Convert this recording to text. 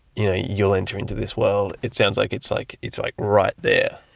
you know you'll enter into this world. it sounds like it's like it's like right there.